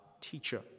teacher